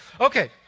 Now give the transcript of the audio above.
Okay